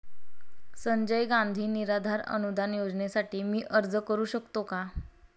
संजय गांधी निराधार अनुदान योजनेसाठी मी अर्ज करू शकतो का?